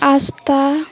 अस्था